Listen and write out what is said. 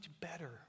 better